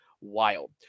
Wild